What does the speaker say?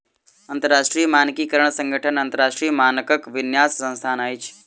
अंतरराष्ट्रीय मानकीकरण संगठन अन्तरराष्ट्रीय मानकक विन्यास संस्थान अछि